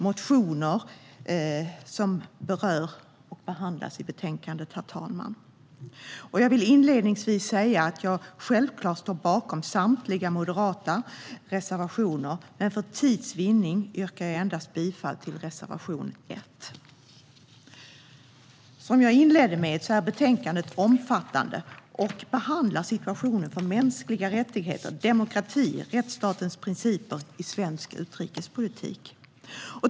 Motionerna berörs och behandlas i betänkandet, herr talman. Jag vill inledningsvis säga att jag självklart står bakom samtliga moderata reservationer, men för tids vinnande yrkar jag bifall endast till reservation 1. Betänkandet är omfattande och behandlar situationen för mänskliga rättigheter, demokrati och rättsstatens principer i svensk utrikespolitik.